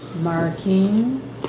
Marking